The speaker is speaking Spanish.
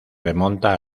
remonta